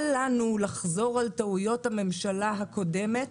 אל לנו לחזור על טעויות הממשלה הקודמת